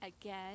again